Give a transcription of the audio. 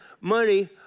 money